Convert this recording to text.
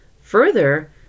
Further